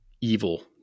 evil